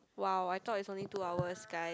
!wow! I thought is only two hours guys